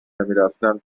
نمیرفتن